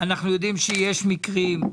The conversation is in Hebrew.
אנחנו יודעים שיש מקרים,